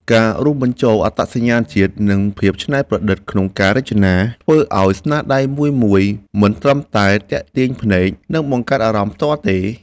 ការរួមបញ្ចូលអត្តសញ្ញាណជាតិ និងភាពច្នៃប្រឌិតក្នុងការរចនា ធ្វើឲ្យស្នាដៃមួយៗ មិនត្រឹមតែទាក់ទាញភ្នែក និងបង្កើតអារម្មណ៍ផ្ទាល់ខ្លួនទេ